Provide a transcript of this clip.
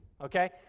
Okay